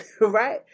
right